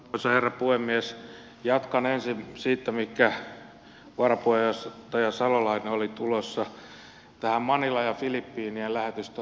jatkan ensin siitä mihinkä varapuheenjohtaja salolainen oli tulossa manilan ja filippiinien lähetystön lakkauttamiseen